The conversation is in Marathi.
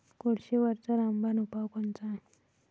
कोळशीवरचा रामबान उपाव कोनचा?